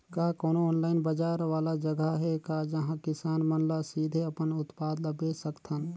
का कोनो ऑनलाइन बाजार वाला जगह हे का जहां किसान मन ल सीधे अपन उत्पाद ल बेच सकथन?